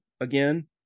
again